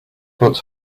but